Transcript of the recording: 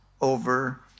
over